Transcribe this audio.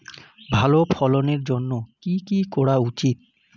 ভালো ফলনের জন্য কি কি করা উচিৎ?